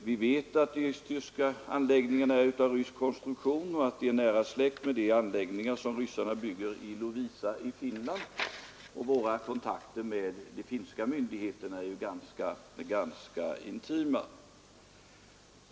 Vi vet att de östtyska anläggningarna är av rysk konstruktion och nära släkt med de anläggningar som ryssarna bygger i Lovisa i Finland — och våra kontakter med de finska myndigheterna är ju ganska intima.